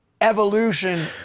evolution